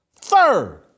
Third